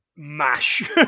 mash